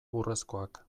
urrezkoak